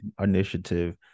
initiative